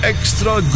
Extra